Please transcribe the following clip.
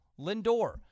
Lindor